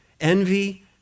envy